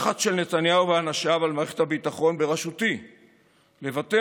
לחץ של נתניהו ואנשיו על מערכת הביטחון בראשותי לבטל